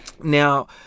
Now